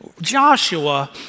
Joshua